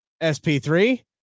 SP3